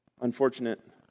unfortunate